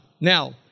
Now